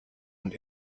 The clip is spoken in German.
und